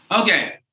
Okay